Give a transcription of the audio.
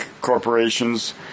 corporations